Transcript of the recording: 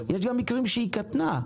יש גם מקרים שהיא קטנה,